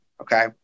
okay